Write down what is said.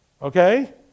Okay